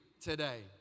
today